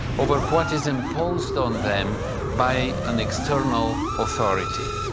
over what is imposed on them by an external authority.